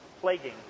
plaguing